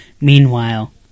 Meanwhile